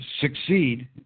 succeed